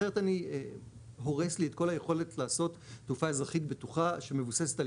אחרת אני הורס לי את כל היכולת לעשות תעופה אזרחית בטוחה שמבוססת על